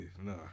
nah